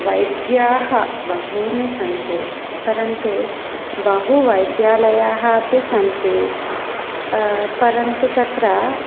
वैद्याः बहूनि सन्ति परन्तु बहु वैद्यालयाः अपि सन्ति परन्तु तत्र